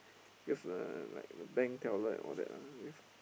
because uh like bank teller and all that ah if